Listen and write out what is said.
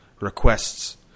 requests